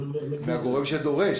מהגורם שדורש.